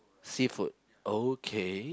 seafood okay